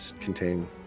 contain